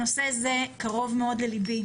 נושא זה קרוב מאוד לליבי.